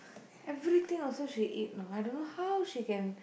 everything also she eat know I don't know how she can